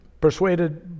persuaded